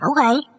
Okay